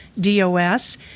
DOS